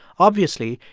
obviously,